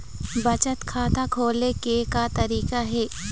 बचत खाता खोले के का तरीका हे?